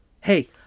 Hey